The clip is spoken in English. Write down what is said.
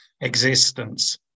existence